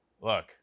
Look